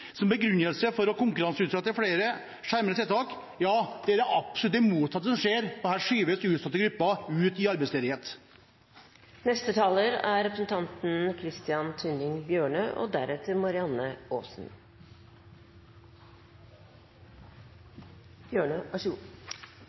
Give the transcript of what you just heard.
som begrunnelse for å konkurranseutsette flere skjermede tiltak. Det er absolutt det motsatte som skjer, for her skyves utsatte grupper ut i arbeidsledighet. «Arbeidsmarkedet trenger stadig færre mennesker som er